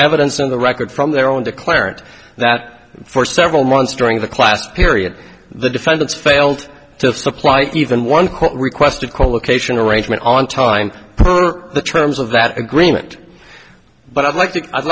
evidence on the record from their own declarant that for several months during the class period the defendants failed to supply even one court requested co location arrangement on time for the terms of that agreement but i'd like to i'd